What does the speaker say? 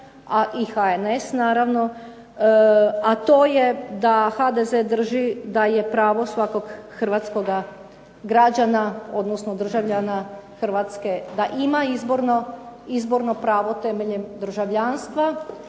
i HNS naravno, a to je da HDZ drži da je pravo svakog hrvatskoga građana odnosno državljana Hrvatske da ima izborno pravo temeljem državljanstva